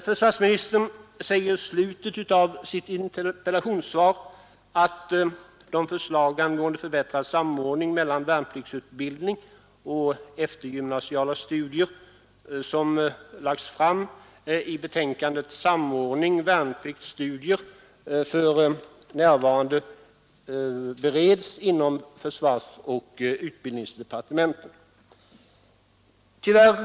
Försvarsministen säger i slutet av sitt interpellationssvar att de förslag angående förbättrad samordning mellan värnpliktsutbildning och eftergymnasiala studier som lagts fram i betänkandet Samordning värnplikt — studier för närvarande övervägs inom försvarsoch utbildningsdeparte 111 menten.